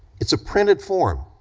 it's a printed form.